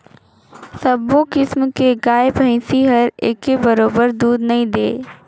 सबो किसम के गाय भइसी हर एके बरोबर दूद नइ दे